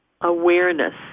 awareness